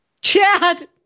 Chad